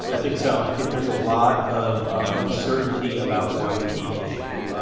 i think so. i think there's a lot of ah uncertainty about one key issue.